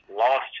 Lost